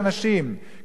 דה-לגיטימציה למתנחלים,